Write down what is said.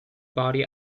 body